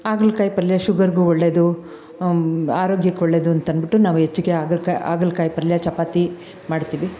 ಹಾಗಲ್ಕಾಯಿ ಪಲ್ಯ ಶುಗರ್ಗು ಒಳ್ಳೆಯದು ಆರೋಗ್ಯಕ್ಕೆ ಒಳ್ಳೆಯದು ಅಂತನ್ಬಿಟ್ಟು ನಾವು ಹೆಚ್ಚಿಗೆ ಹಾಗಲ್ಕಾಯಿ ಹಾಗಲ್ಕಾಯಿ ಪಲ್ಯ ಚಪಾತಿ ಮಾಡ್ತೀವಿ